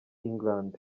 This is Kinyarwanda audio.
england